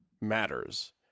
matters